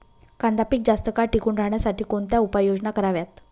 कांदा पीक जास्त काळ टिकून राहण्यासाठी कोणत्या उपाययोजना कराव्यात?